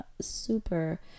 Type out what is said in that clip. super